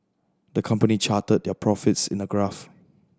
the company charted their profits in a graph